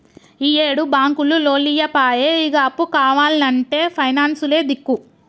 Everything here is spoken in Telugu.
ఈయేడు బాంకులు లోన్లియ్యపాయె, ఇగ అప్పు కావాల్నంటే పైనాన్సులే దిక్కు